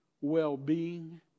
well-being